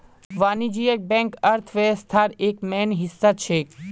वाणिज्यिक बैंक अर्थव्यवस्थार एक मेन हिस्सा छेक